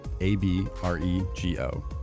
A-B-R-E-G-O